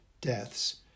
deaths